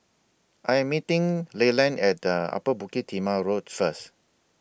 I Am meeting Leland At Upper Bukit Timah Road First